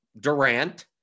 Durant